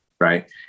Right